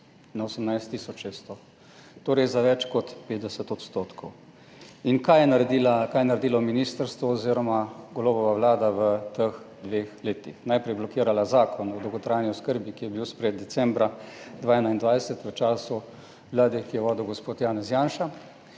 600, torej za več kot 50 %. Kaj je naredilo ministrstvo oziroma Golobova vlada v teh dveh letih? Najprej je blokirala Zakon o dolgotrajni oskrbi, ki je bil sprejet decembra 2021, v času vlade, ki jo je vodil gospod Janez Janša,